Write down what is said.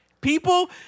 People